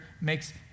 makes